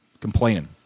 Complaining